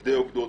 מפקדי אוגדות,